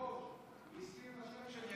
היושב-ראש, הוא